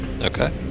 Okay